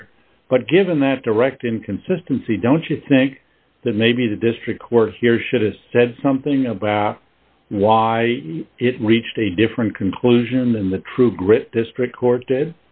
here but given that direct inconsistency don't you think that maybe the district court here should have said something about why it reached a different conclusion than the true grit district court d